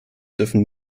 dürfen